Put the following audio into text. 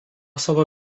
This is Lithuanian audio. savo